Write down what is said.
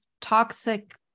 toxic